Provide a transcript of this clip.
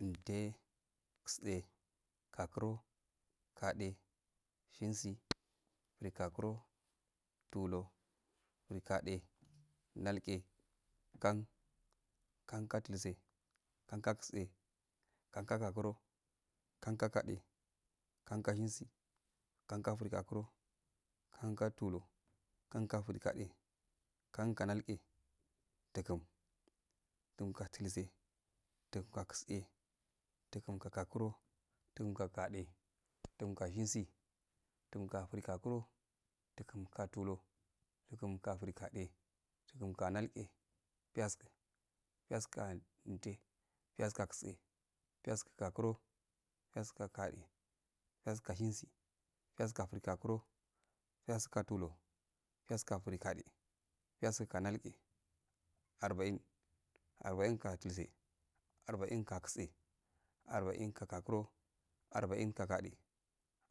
Umte tse, gakuro, gade, shensi, mekakuro, dulo, girgade, nalge, kan, kanka dultsle, kan gatse, kan ga gakure kanka gade, kanka shensi, kan ka fri gokuro, kan ka tulur, kan ga frigade kan go nalge, dugumi, dungo dutse, dunkoktse, dugum go gasro, dungo gade, dungo shansi, dungo friakuro, dugum go tulur, dugum go frigade, dugum go nalge, piyasku piyask umte, piyask agtse, piyasku gokuro, piyasku go gade, piyasku go shasi piyasku go frigakuro, piyasku go tulur piyasku go frigade, piyesku go nalge arba'in arba in ga dulse, arba in gatse orbəin ga gakuro, arba-in ga gade